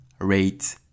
rate